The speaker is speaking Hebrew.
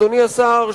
אדוני השר,